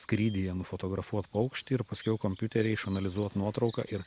skrydyje nufotografuot paukštį ir paskiau kompiutery išanalizuot nuotrauką ir